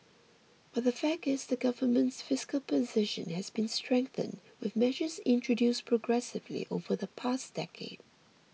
but the fact is the government's fiscal position has been strengthened with measures introduced progressively over the past decade